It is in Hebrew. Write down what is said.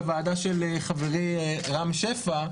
לוועדה של חברי רם שפע,